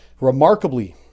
Remarkably